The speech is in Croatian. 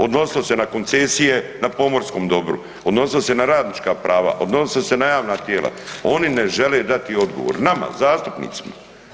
Odnosilo se na koncesije na pomorskom dobru, odnosilo se na radnička prava, odnosilo se na javna tijela, oni ne žele dati odgovor nama, zastupnicima.